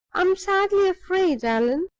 am sadly afraid, allan,